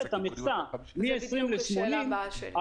המכסה מ-20 ל-80,